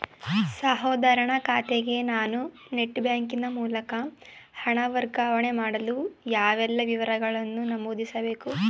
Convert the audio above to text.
ಸಹೋದರನ ಖಾತೆಗೆ ನಾನು ನೆಟ್ ಬ್ಯಾಂಕಿನ ಮೂಲಕ ಹಣ ವರ್ಗಾವಣೆ ಮಾಡಲು ಯಾವೆಲ್ಲ ವಿವರಗಳನ್ನು ನಮೂದಿಸಬೇಕು?